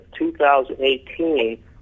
2018